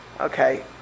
Okay